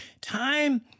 Time